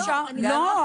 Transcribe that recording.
לא,